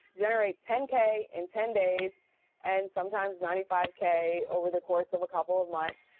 generate ten k in ten days and sometimes ninety five k over the course of a couple of months,